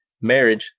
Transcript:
marriage